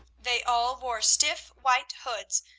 they all wore stiff white hoods,